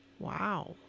wow